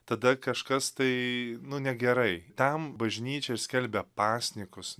tada kažkas tai nu negerai tam bažnyčia skelbia pasninkus